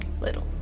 Little